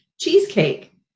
cheesecake